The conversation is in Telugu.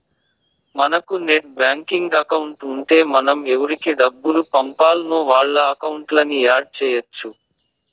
మనకు నెట్ బ్యాంకింగ్ అకౌంట్ ఉంటే మనం ఎవురికి డబ్బులు పంపాల్నో వాళ్ళ అకౌంట్లని యాడ్ చెయ్యచ్చు